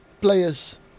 players